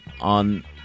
On